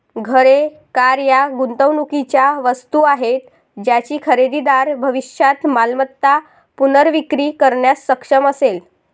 घरे, कार या गुंतवणुकीच्या वस्तू आहेत ज्याची खरेदीदार भविष्यात मालमत्ता पुनर्विक्री करण्यास सक्षम असेल